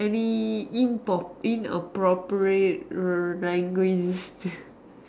any inap~ inappropriate err languages